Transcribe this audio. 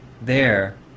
There